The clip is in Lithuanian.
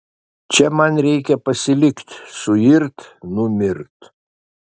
čia man reikia pasilikt suirt numirt